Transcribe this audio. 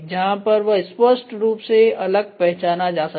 जहां वह स्पष्ट रूप से अलग पहचाना जा सके